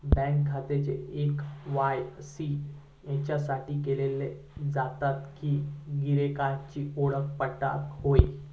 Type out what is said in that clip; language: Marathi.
बँक खात्याचे के.वाय.सी याच्यासाठीच केले जाता कि गिरायकांची ओळख पटोक व्हयी